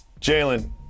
Jalen